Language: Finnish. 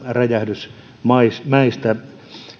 räjähdysmäistä